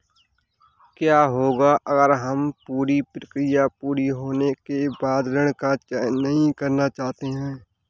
क्या होगा अगर हम पूरी प्रक्रिया पूरी होने के बाद ऋण का चयन नहीं करना चाहते हैं?